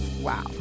Wow